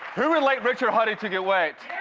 who would like richard huddy to get wet?